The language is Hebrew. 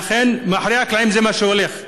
לכן, מאחורי הקלעים זה מה שהולך.